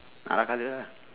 ah colour lah